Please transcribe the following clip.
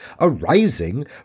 arising